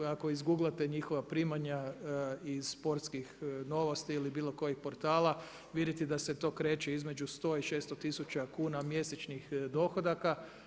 Ako izguglate njihova primanja iz sportskih novosti ili bilo kojeg portala vidite da se to kreće između 100 i 600 tisuća kuna mjesečnih dohodaka.